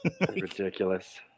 ridiculous